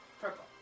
Purple